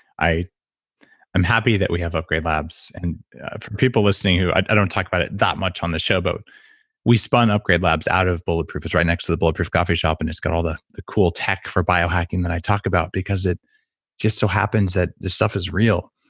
i'm happy that we have upgrade labs and from people listening who. i don't talk about it that much on the show, but we spun upgrade labs out of bulletproof, it's right next to the bulletproof coffee shop and it's got all the the cool tech for biohacking that i talk about, because it just so happens that this stuff is real.